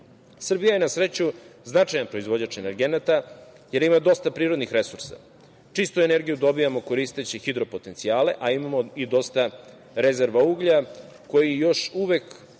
Srbija je na sreću značajan proizvođač energenata, jer ima dosta prirodnih resursa. Čistu energiju dobijamo koristeći hidro potencijale, a imamo i dosta rezerva uglja koji još uvek